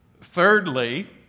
Thirdly